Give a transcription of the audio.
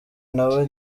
nawe